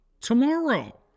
tomorrow